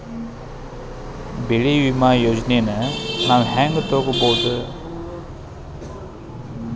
ಬೆಳಿ ವಿಮೆ ಯೋಜನೆನ ನಾವ್ ಹೆಂಗ್ ತೊಗೊಬೋದ್?